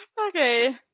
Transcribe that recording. Okay